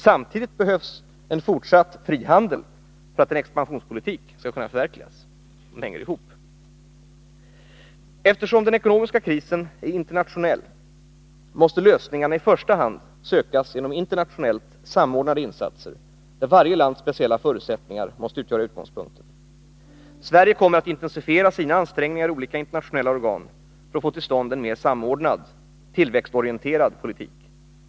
Samtidigt behövs en fortsatt frihandel för att en expansionspolitik skall kunna förverkligas. Eftersom den ekonomiska krisen är internationell måste lösningarna i första hand sökas genom internationellt samordnade insatser, där varje lands speciella förutsättningar måste utgöra utgångspunkten. Sverige kommer att intensifiera sina ansträngningar i olika internationella organ för att få till stånd en mer samordnad tillväxtorienterad politik.